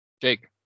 Jake